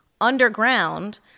underground